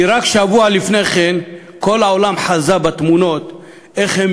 כי רק שבוע לפני כן כל העולם חזה בתמונות איך הם